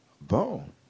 Boom